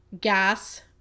gas